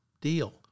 deal